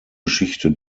geschichte